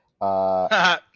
uh-